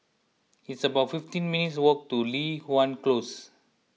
it's about fifteen minutes' walk to Li Hwan Close